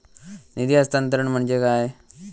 निधी हस्तांतरण म्हणजे काय?